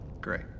Great